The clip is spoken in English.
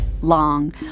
long